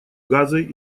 газой